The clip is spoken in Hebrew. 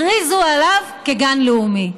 הכריזו עליו כגן לאומי,